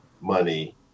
money